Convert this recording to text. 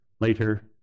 later